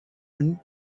und